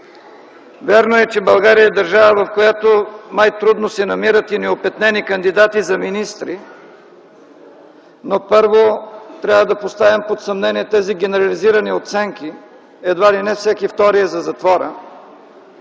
Вярно е, че България е държава, в която май трудно се намират и неопетнени кандидати за министри, но първо трябва да поставим под съмнение тези генерализирани оценки – едва ли не всеки втори е за затвора.